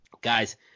guys